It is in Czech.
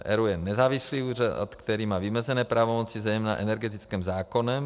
ERÚ je nezávislý úřad, který má vymezené pravomoci, zejména energetickým zákonem.